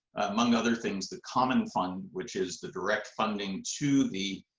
among other things, the common fund, which is the direct funding to the